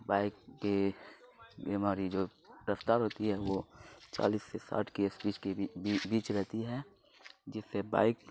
bike کے بیماری جو رفتار ہوتی ہے وہ چالیس سے ساٹھ کی اس پیچ کی بیچ رہتی ہے جس سے بائک